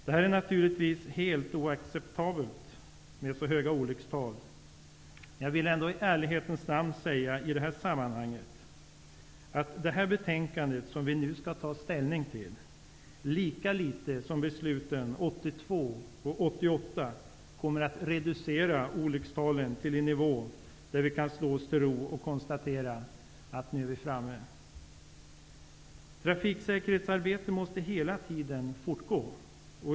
Det är naturligtvis helt oacceptabelt med så höga olyckstal. Jag vill ändå i ärlighetens namn i det här sammanhanget säga att det betänkande som vi nu skall ta ställning till, lika litet som besluten 1982 och 1988, kommer att innebära att vi kan reducera olyckstalen till en nivå där vi kan slå oss till ro och konstatera att vi nu är framme. Trafiksäkerhetsarbetet måste hela tiden fortgå.